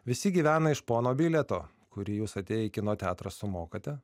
visi gyvena iš pono bilieto kurį jūs atėję į kino teatrą sumokate